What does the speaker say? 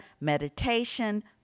meditation